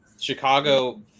Chicago